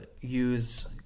Use